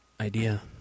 idea